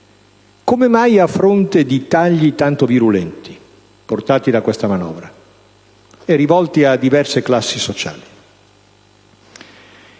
Come mai, a fronte di tagli tanto virulenti portati da questa manovra e rivolti a diverse classi sociali,